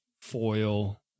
Foil